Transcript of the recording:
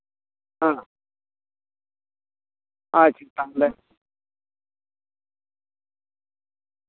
ᱦᱮᱸ ᱟᱪᱪᱷᱟ